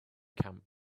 camp